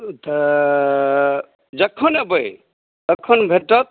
तऽ जखन एबै तखन भेटत